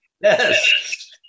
Yes